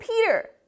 Peter